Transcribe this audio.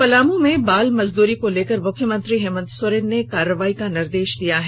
पलामू में बाल मजदूरी को लेकर मुख्यमंत्री हेमंत सोरेन ने कार्रवाई करने के निर्देश दिये हैं